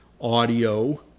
audio